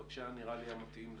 שניהם?